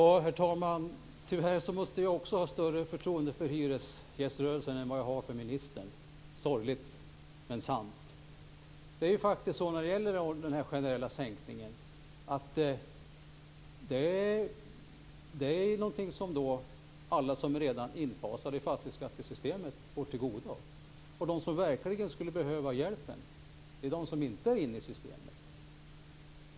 Herr talman! Tyvärr måste jag också ha större förtroende för hyresgäströrelsen än vad jag har för ministern. Det är sorgligt men sant. När det gäller den generella sänkningen är det något som kommer alla som redan är infasade i fastighetsskattesystemet till godo. De som verkligen skulle behöva hjälpen är de som inte är inne i systemet.